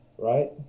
right